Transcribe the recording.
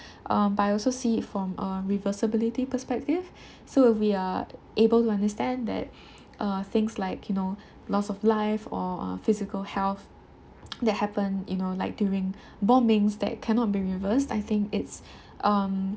um but I also see it from a reversibility perspective so we are able to understand that uh things like you know loss of life or uh physical health that happen you know like during bombings that cannot be reversed I think it's um